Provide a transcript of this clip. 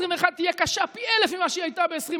תהיה קשה פי אלף ממה שהיה הייתה ב-2020: